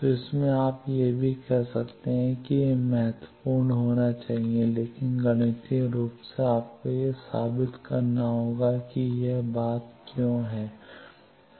तो इससे आप यह भी कह सकते हैं कि यह हानिपूर्ण होना चाहिए लेकिन गणितीय रूप से आपको यह साबित करना होगा कि यह बात क्यों है